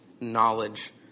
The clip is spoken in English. knowledge